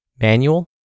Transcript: Manual